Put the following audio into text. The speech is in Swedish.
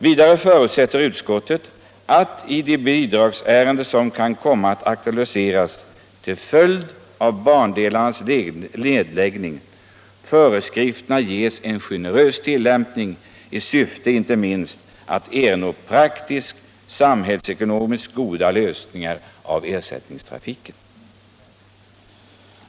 Vidare förutsätter utskottet att i de bidragsärenden som kan komma att aktualiseras till följd av bandelarnas nedläggning föreskrifterna ges en generös tillämpning i syfte inte minst att ernå praktiskt, samhällsekonomiskt goda lösningar av frågan om ersättningstrafiken.